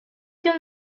que